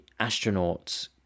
astronauts